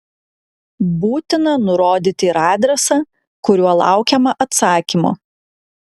būtina nurodyti ir adresą kuriuo laukiama atsakymo